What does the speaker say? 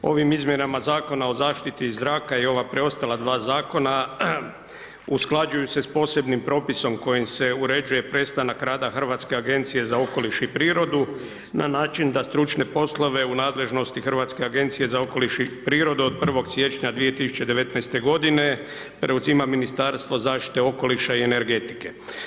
Ovim izmjenama Zakona o zaštiti zraka i ova preostala dva zakona usklađuju se s posebnim propisom kojim se uređuje prestanak rada Hrvatske agencije za okoliš prirodu, na način da stručne poslove u nadležnosti Hrvatske agencije za okoliš i prirodu od 1. siječnja 2019. godine preuzima Ministarstvo zaštite okoliša i energetike.